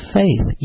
faith